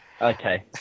Okay